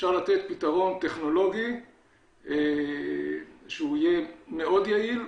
אפשר לתת פתרון טכנולוגי שהוא יהיה מאוד יעיל.